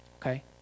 okay